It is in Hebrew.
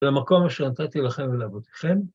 למקום שנתתי לכם ולאבותיכם.